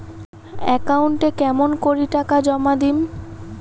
একাউন্টে কেমন করি টাকা জমা দিম?